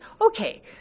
okay